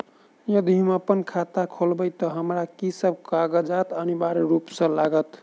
यदि हम अप्पन खाता खोलेबै तऽ हमरा की सब कागजात अनिवार्य रूप सँ लागत?